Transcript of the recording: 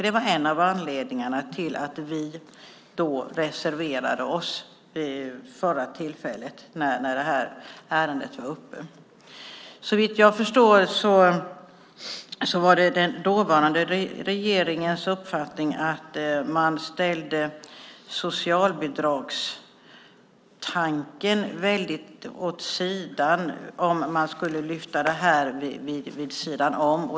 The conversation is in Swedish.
Det var en av anledningarna till att vi reserverade oss vid förra tillfället när det här ärendet var uppe. Såvitt jag förstår var det den dåvarande regeringens uppfattning att socialbidragstanken ställdes åt sidan om man skulle lyfta skadeståndet vid sidan om.